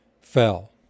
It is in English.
fell